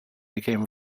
became